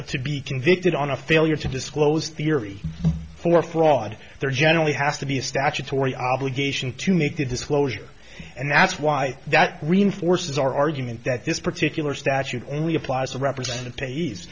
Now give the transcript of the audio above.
a to be convicted on a failure to disclose theory for fraud there generally has to be a statutory obligation to make the disclosure and that's why that reinforces our argument that this particular statute only applies to represent the piece